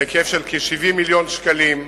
בהיקף של כ-70 מיליון שקלים.